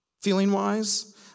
feeling-wise